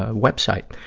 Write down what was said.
ah web site.